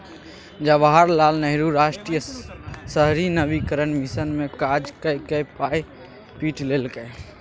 जवाहर लाल नेहरू राष्ट्रीय शहरी नवीकरण मिशन मे काज कए कए पाय पीट लेलकै